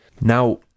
Now